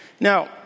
Now